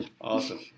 Awesome